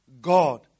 God